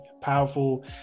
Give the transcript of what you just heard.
powerful